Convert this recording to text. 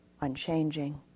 unchanging